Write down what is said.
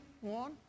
one